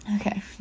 Okay